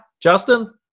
Justin